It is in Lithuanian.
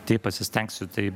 tai pasistengsiu tai